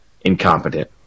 incompetent